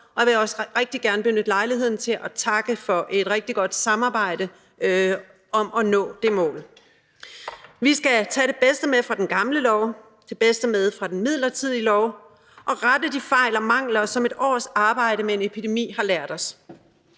Og jeg vil også rigtig gerne benytte lejligheden til at takke for et rigtig godt samarbejde om at nå det mål. Vi skal tage det bedste med fra den gamle lov og det bedste med fra den midlertidige lov og rette de fejl og mangler, som et års arbejde med en epidemi har lært os.